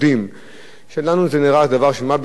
לנו זה נראה דבר של מה בכך, אך יש משפחות